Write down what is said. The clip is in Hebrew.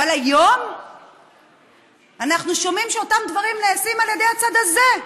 אבל היום אנחנו שומעים שאותם דברים נעשים על ידי הצד הזה,